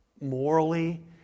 morally